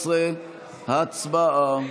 11 הצבעה.